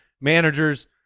managers